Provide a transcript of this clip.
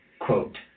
Quote